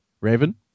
Raven